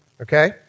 okay